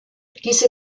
diese